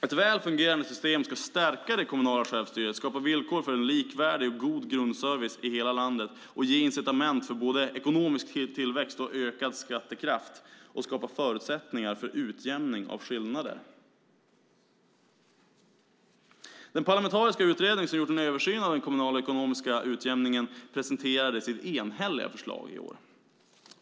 Ett väl fungerande system ska stärka det kommunala självstyret, skapa villkor för en likvärdig och god grundservice i hela landet, ge incitament för både ekonomisk tillväxt och ökad skattekraft och skapa förutsättningar för utjämning av skillnader. Den parlamentariska utredning som gjort en översyn av den kommunala ekonomiska utjämningen presenterade sitt enhälliga förslag i år.